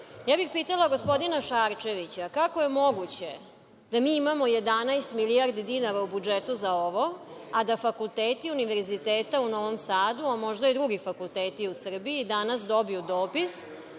bih pitala gospodina Šarčević – kako je moguće da mi imamo 11 milijardi dinara u budžetu za ovo, a da fakulteti Univerziteta u Novom Sadu, a možda i drugi fakulteti u Srbiji, danas dobiju dopis